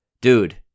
dude